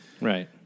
Right